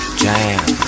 jam